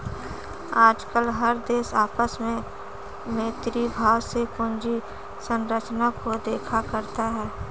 आजकल हर देश आपस में मैत्री भाव से पूंजी संरचना को देखा करता है